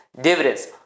dividends